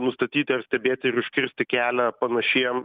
nustatyti ar stebėti ir užkirsti kelią panašiem